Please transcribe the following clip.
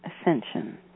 ascension